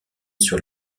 sur